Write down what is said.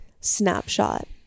snapshot